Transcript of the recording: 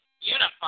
Unified